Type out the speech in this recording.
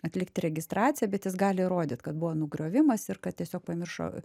atlikti registraciją bet jis gali įrodyti kad buvo nugriovimas ir kad tiesiog pamiršo